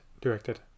directed